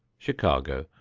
chicago,